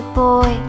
boy